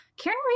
Karen